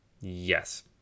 Yes